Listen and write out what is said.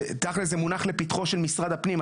שתכלס זה מונח לפתחו של משרד הפנים,